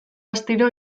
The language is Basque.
astiro